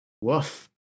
Woof